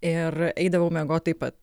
ir eidavau miegot taip pat